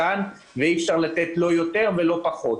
אי-אפשר לתת לא יותר ולא פחות.